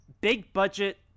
big-budget